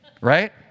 right